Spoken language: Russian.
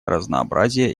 разнообразие